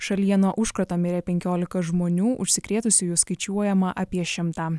šalyje nuo užkrato mirė penkiolika žmonių užsikrėtusiųjų skaičiuojama apie šimtą